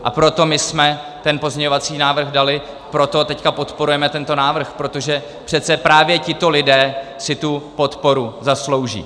A proto my jsme ten pozměňovací návrh dali, proto teď podporujeme tento návrh, protože přece právě tito lidé si tu podporu zaslouží.